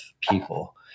people